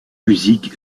musiques